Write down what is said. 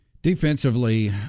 Defensively